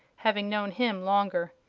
having known him longer.